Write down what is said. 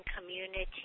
community